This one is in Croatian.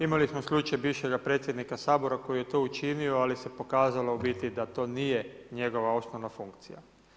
Imali smo slučaj bivšega predsjednika Sabora koji je to učinio, ali se pokazalo u biti da to nije njegova osnovna funkcija.